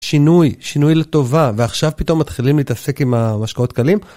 שינוי שינוי לטובה ועכשיו פתאום מתחילים להתעסק עם המשקאות קלים.